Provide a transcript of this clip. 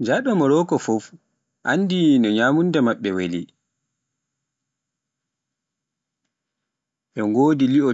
Njaɗo Moroko fuf anndi no nyamunda maɓɓe wali, ɓe ngodi li'o